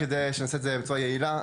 כדי שנעשה את זה בצורה יעילה,